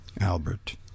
Albert